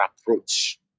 approach